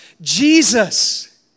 Jesus